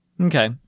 Okay